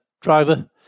driver